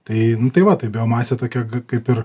tai nu tai va tai biomasė tokia kaip ir